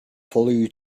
flew